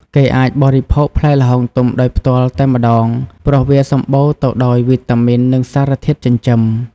គេអាចបរិភោគផ្លែល្ហុងទុំដោយផ្ទាល់តែម្ដង ព្រោះវាសម្បូរទៅដោយវីតាមីន និងសារធាតុចិញ្ចឹម។